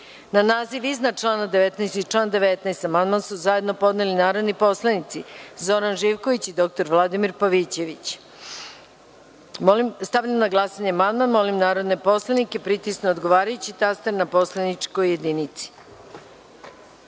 naziv iznad člana 6. i član 6. amandman su zajedno podneli narodni poslanici Zoran Živković i dr Vladimir Pavićević. Stavljam na glasanje amandman. Molim narodne poslanike da pritisnu odgovarajući taster na poslaničkoj